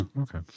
Okay